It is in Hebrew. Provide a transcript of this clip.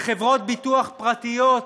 לחברות ביטוח פרטיות,